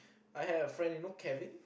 I had a friend you know Kevin